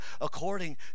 according